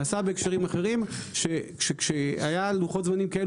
נעשה בהקשרים אחרים שכשהיה לוחות זמנים כאלו